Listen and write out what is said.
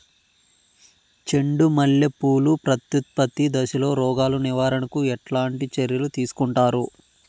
చెండు మల్లె పూలు ప్రత్యుత్పత్తి దశలో రోగాలు నివారణకు ఎట్లాంటి చర్యలు తీసుకుంటారు?